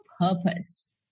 purpose